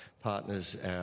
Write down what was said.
partners